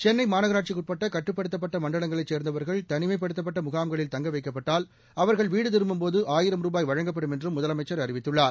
சென்னை மாநகராட்சிக்கு உட்பட்ட கட்டுப்படுத்தப்பட்ட மண்டலங்கணைச் சேர்ந்தவர்கள் தனிமைப்படுத்தப்பட்ட முகாம்களில் தங்க வைக்கப்பட்டால் அவா்கள் வீடு திரும்பும்போது ஆயிரம் ரூபாய் வழங்கப்படும் என்றும் முதலமைச்சர் அறிவித்துள்ளார்